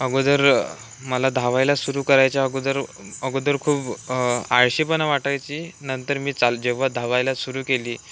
अगोदर मला धावायला सुरू करायच्या अगोदर अगोदर खूप आळशीपणा वाटायची नंतर मी चाल जेव्हा धावायला सुरू केली